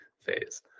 phase